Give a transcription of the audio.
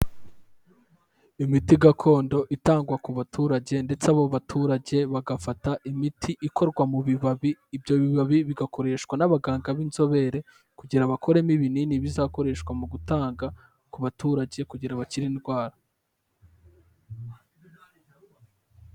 Imiti gakondo itangwa ku baturage ndetse abo baturage bagafata imiti ikorwa mu bibabi, ibyo bibabi bigakoreshwa n'abaganga b'inzobere kugira bakoremo ibinini bizakoreshwa mu gutanga ku baturage kugira bakire indwara.